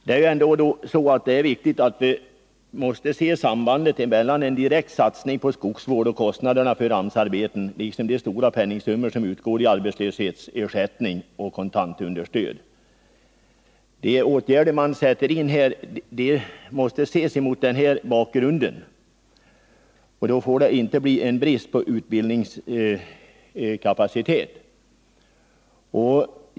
Det är viktigt att se sambandet mellan en direkt satsning på skogsvård och kostnaderna för AMS-arbeten och kontantunderstöd. De åtgärder man sätter in måste alltså ses mot denna bakgrund. Då får det inte bli en brist på utbildningskapacitet.